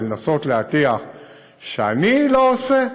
ולנסות להטיח שאני לא עושה,